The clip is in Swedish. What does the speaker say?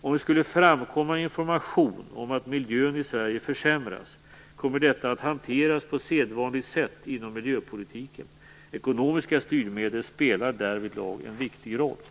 Om det skulle framkomma information om att miljön i Sverige försämras kommer detta att hanteras på sedvanligt sätt inom miljöpolitiken. Ekonomiska styrmedel spelar därvidlag en viktig roll.